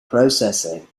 processing